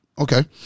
Okay